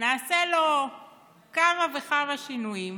ונעשה לו כמה וכמה שינויים,